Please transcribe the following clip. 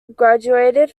graduated